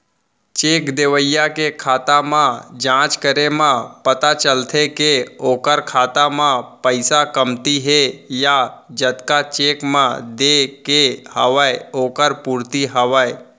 cheque देवइया के खाता म जाँच करे म पता चलथे के ओखर खाता म पइसा कमती हे या जतका चेक म देय के हवय ओखर पूरति हवय